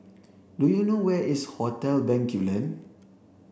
do you know where is Hotel Bencoolen